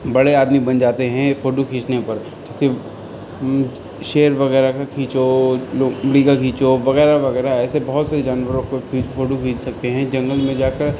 بڑے آدمی بن جاتے ہیں فوٹو کھینچنے پر صرف شیر وغیرہ کا کھینچو لومڑی کا کھینچو وغیرہ وغیرہ ایسے بہت سے جانوروں کو فوٹو کھینچ سکتے ہیں جنگل میں جا کر